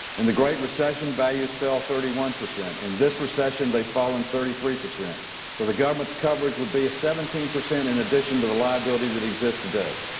and the great recession values fell thirty one, in and this recession they've fallen thirty three percent so the government's coverage would be a seventeen percent in addition to the liability that exists today.